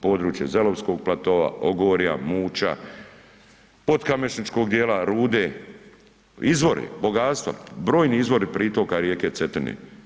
Područje Zelovskog platoa, Ogorja, Muća, podkamenščinskog dijela, rude, izvori, bogatstva, brojni izvori pritoka rijeke Cetine.